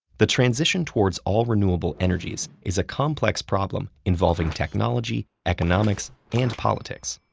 the transition towards all-renewable energies is a complex problem involving technology, economics, and politics.